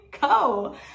go